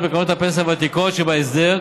בקרנות הפנסיה הוותיקות שבהסדר,